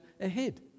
ahead